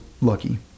lucky